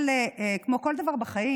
אבל כמו כל דבר בחיים,